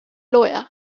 lawyer